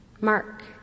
Mark